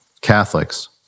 Catholics